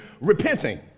repenting